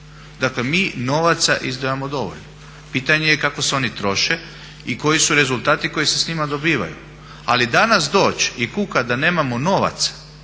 Dakle mi novaca izdvajamo dovoljno. Pitanje je kako se oni troše i koji su rezultati koji se s njima dobivaju. Ali danas doći i kukati da nemamo novaca